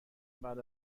بعد